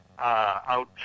out